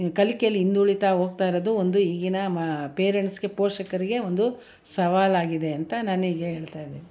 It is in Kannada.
ಕಲಿಕೇಲಿ ಹಿಂದುಳಿತಾ ಹೋಗ್ತಾ ಇರೋದು ಒಂದು ಈಗಿನ ಮಾ ಪೇರೆಂಟ್ಸ್ಗೆ ಪೋಷಕರಿಗೆ ಒಂದು ಸವಾಲಾಗಿದೆ ಅಂತ ನನಗೆ ಹೇಳ್ತಾಯಿದ್ದೀನಿ